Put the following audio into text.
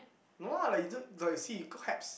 no lah like you don't like you see good haps